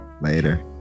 Later